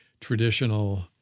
traditional